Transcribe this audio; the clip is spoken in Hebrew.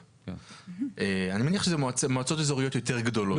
אני מניח שמועצות אזוריות יותר גדולות.